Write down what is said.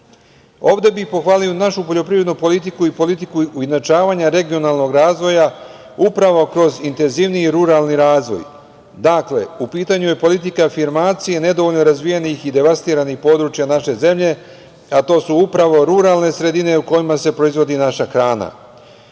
bih pohvalio našu poljoprivrednu politiku i politiku ujednačavanja regionalnog razvoja, upravo kroz intenzivniji ruralni razvoj. Dakle, u pitanju je politika afirmacije nedovoljno razvijenih i devastiranih područja naše zemlje, a to su upravo ruralne sredine u kojima se proizvodi naša